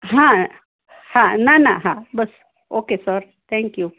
હા હા ના ના હા બસ ઓકે સર થેન્ક યૂ